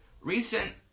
recent